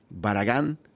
Baragan